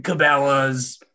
Cabela's